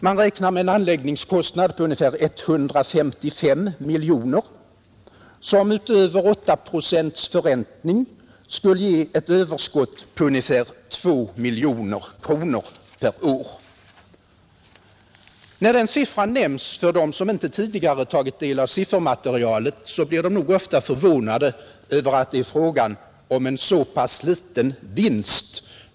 Man räknar med en anläggningskostnad på ungefär 155 miljoner, som utöver 8 procents förräntning skulle ge ett överskott på ungefär 2 miljoner kronor per år. När den siffran nämns för dem som inte tidigare tagit del av siffermaterialet blir de nog ofta förvånade över att det är fråga om en så pass liten vinst.